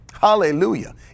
Hallelujah